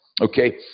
okay